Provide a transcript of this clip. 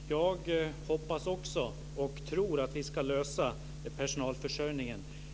Herr talman! Jag hoppas också och tror att vi ska lösa personalförsörjningen.